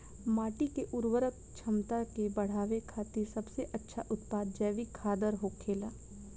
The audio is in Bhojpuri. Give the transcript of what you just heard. माटी के उर्वरक क्षमता के बड़ावे खातिर सबसे अच्छा उत्पाद जैविक खादर होखेला